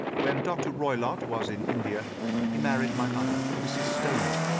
when dr. roylott was in india he married my mother, mrs. stoner,